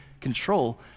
control